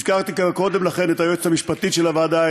הזכרתי כאן קודם לכן את היועצת המשפטית של הוועדה,